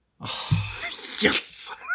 Yes